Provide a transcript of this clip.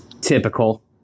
Typical